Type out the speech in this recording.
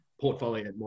portfolio